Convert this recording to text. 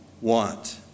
want